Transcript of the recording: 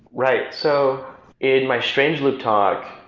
right. so in my strange loop talk,